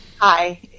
Hi